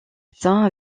atteint